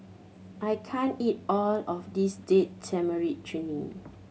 I can't eat all of this Date Tamarind Chutney